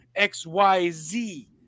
XYZ